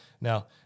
Now